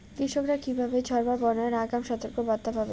কৃষকেরা কীভাবে ঝড় বা বন্যার আগাম সতর্ক বার্তা পাবে?